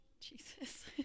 Jesus